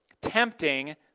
Tempting